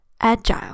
agile